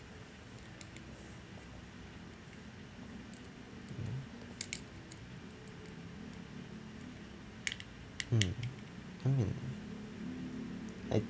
mm I mean I